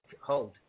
hold